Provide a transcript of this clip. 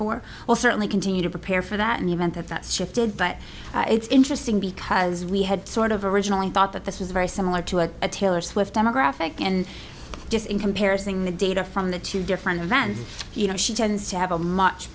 for we'll certainly continue to prepare for that an event that's shifted but it's interesting because we had sort of originally thought that this is very similar to a taylor swift demographic and just in comparison the data from the two different events you know she tends to have a much